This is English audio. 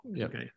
Okay